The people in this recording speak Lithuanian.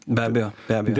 be abejo be abejo